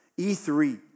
E3